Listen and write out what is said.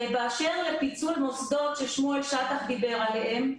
באשר לפיצול מוסדות ששמואל שטח דיבר עליהם,